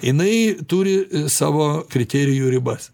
jinai turi savo kriterijų ribas